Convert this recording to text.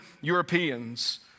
Europeans